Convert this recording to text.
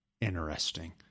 Interesting